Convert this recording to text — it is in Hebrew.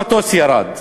כל המטוס ירד.